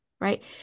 right